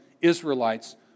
Israelites